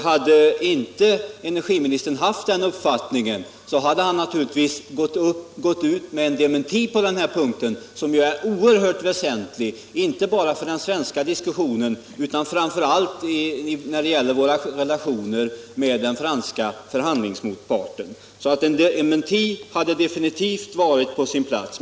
Hade inte energiministern haft den uppfattningen hade han naturligtvis gått ut med en dementi på denna punkt, som ju är oerhört väsentlig inte bara för den svenska diskussionen utan framför allt för våra relationer med den franska förhandlingsmotparten. En dementi hade definitivt varit på sin plats.